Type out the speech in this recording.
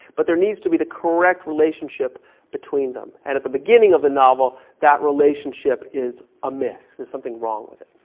but there needs to be the correct relationship between them and at the beginning of the novel that relationship is a myth. there's something wrong with it,